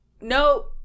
no